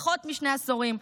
פחות משני עשורים,